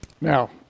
Now